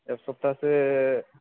एक सफथासो